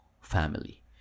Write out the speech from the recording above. family